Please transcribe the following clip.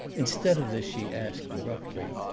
instead of this she asked abruptly,